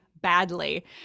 Badly